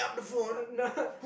I'm not